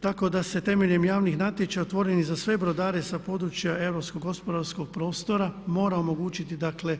Tako da se temeljem javnih natječaja otvorenih za sve brodare sa područja europskog gospodarskog prostora mora omogućiti dakle